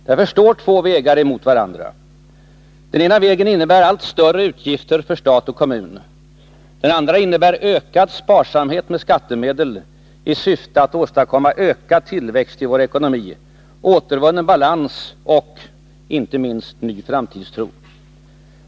Därför står två vägar mot varandra. Den ena vägen innebär allt större utgifter för stat och kommun. Den andra innebär ökad sparsamhet med skattemedel i syfte att åstadkomma ökad tillväxt i vår ekonomi, återvunnen balans och — inte minst — ny framtidstro.